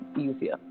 easier